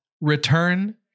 Return